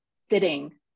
sitting